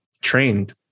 trained